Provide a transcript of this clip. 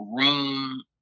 room